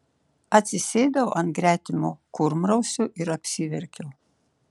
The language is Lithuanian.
atsisėdau ant gretimo kurmrausio ir apsiverkiau